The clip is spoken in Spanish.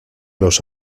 los